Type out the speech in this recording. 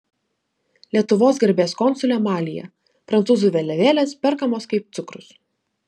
lietuvos garbės konsulė malyje prancūzų vėliavėlės perkamos kaip cukrus